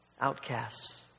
outcasts